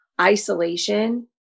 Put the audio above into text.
isolation